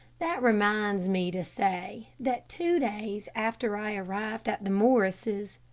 that reminds me to say, that two days after i arrived at the morrises',